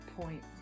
point